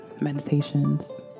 meditations